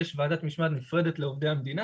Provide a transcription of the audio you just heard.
יש ועדת משמעת נפרדת לעובדי המדינה.